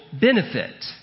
benefit